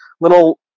little